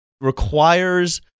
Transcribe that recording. requires